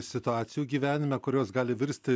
situacijų gyvenime kurios gali virsti